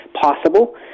possible